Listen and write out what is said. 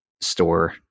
store